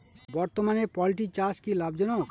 বর্তমানে পোলট্রি চাষ কি লাভজনক?